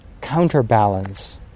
counterbalance